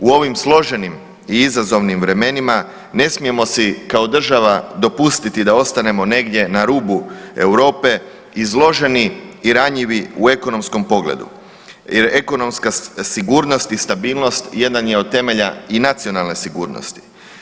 U ovim složenim i izazovnim vremenima ne smijemo si kao država dopustiti da ostanemo negdje na rubu Europe izloženi i ranjivi u ekonomskom pogledu jer ekonomska sigurnost i stabilnost jedan je od temelja i nacionalne sigurnosti.